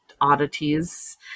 oddities